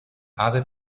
other